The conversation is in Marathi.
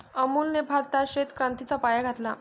अमूलने भारतात श्वेत क्रांतीचा पाया घातला